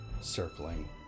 circling